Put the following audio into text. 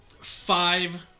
five